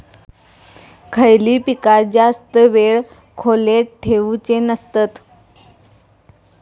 खयली पीका जास्त वेळ खोल्येत ठेवूचे नसतत?